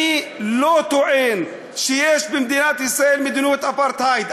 אני לא טוען שיש במדינת ישראל מדיניות אפרטהייד.